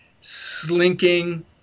slinking